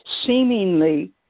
seemingly